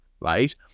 right